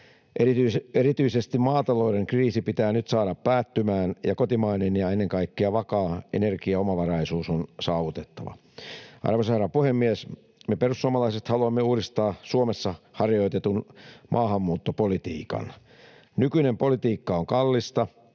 Erityisesti maatalouden kriisi pitää nyt saada päättymään, ja kotimainen ja ennen kaikkea vakaa energiaomavaraisuus on saavutettava. Arvoisa herra puhemies! Me perussuomalaiset haluamme uudistaa Suomessa harjoitetun maahanmuuttopolitiikan. Nykyinen politiikka on kallista